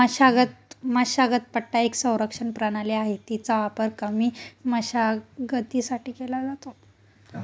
मशागत पट्टा एक संरक्षण प्रणाली आहे, तिचा वापर कमी मशागतीसाठी केला जातो